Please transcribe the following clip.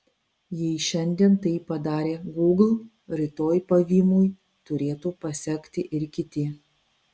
jei šiandien tai padarė gūgl rytoj pavymui turėtų pasekti ir kiti